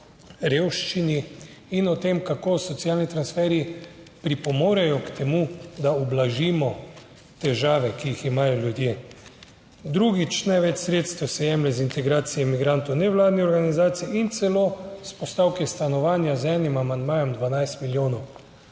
in o tem, kako socialni transferji pripomorejo k temu, da ublažimo težave, ki jih imajo ljudje. Drugič, največ sredstev se jemlje iz integracije migrantov nevladnih organizacij in celo v postavki stanovanja z 1 amandmajem 12 milijonov